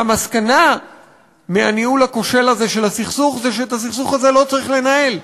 והמסקנה מהניהול הכושל הזה של הסכסוך זה שאת הסכסוך הזה לא צריך לנהל.